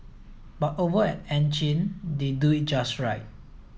but over at Ann Chin they do it just right